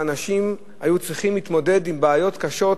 ואנשים היו צריכים להתמודד עם בעיות קשות,